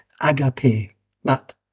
agape—that